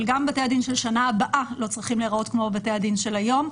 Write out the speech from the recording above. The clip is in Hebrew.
אבל גם בתי הדין של השנה הבאה לא צריכים להיראות כמו בתי הדין של היום.